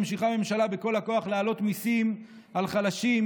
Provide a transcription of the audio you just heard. ממשיכה הממשלה בכל הכוח להעלות מיסים על חלשים,